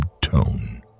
tone